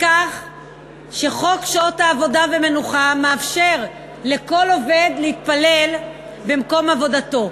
בכך שחוק שעות עבודה ומנוחה מאפשר לכל עובד להתפלל במקום עבודתו.